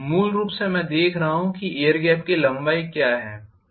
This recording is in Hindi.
मूल रूप से मैं देख रहा हूं कि एयर गेप की लंबाई क्या है बस इतना ही